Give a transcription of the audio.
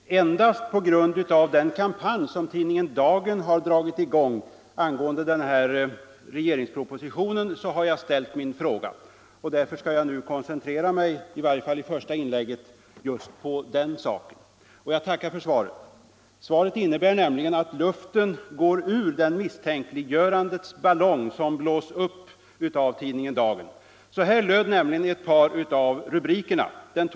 Herr talman! Endast på grund av den kampanj som tidningen Dagen har dragit i gång angående den här regeringspropositionen har jag ställt min fråga. Därför skall jag nu koncentrera mig, i varje fall i det första inlägget, på just den saken. Jag tackar för svaret. Det innebär nämligen att luften går ur den misstänkliggörandets ballong som har blåsts upp av tidningen Dagen. Så här löd ett par av rubrikerna.